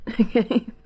Okay